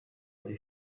дии